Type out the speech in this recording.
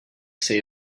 say